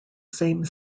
same